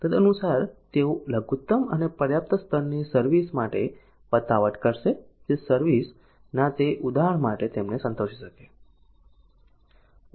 તદનુસાર તેઓ લઘુત્તમ અથવા પર્યાપ્ત સ્તરની સર્વિસ માટે પતાવટ કરશે જે સર્વિસ ના તે ઉદાહરણ માટે તેમને સંતોષી શકે